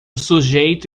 sujeito